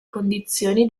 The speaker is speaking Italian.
condizioni